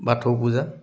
Bathou Puja